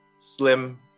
slim